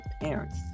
parents